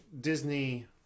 Disney